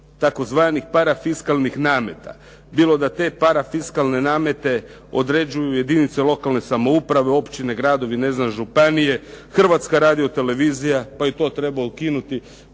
tzv. parafiskalnih nameta, bilo da te parafiskalne namete određuju jedinice lokalne samouprave, općine, gradovi, županije, Hrvatska radiotelevizija, pa i to treba ukinuti.